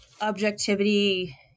objectivity